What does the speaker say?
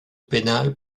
pénal